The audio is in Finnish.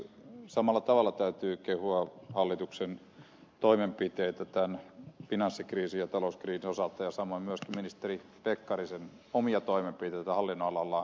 samalla tavalla täytyy kehua hallituksen toimenpiteitä tämän finanssikriisin ja talouskriisin osalta ja samoin myöskin ministeri pekkarisen omia toimenpiteitä hallinnonalalla